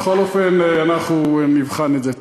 בכל אופן, אנחנו נבחן את זה.